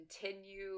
continue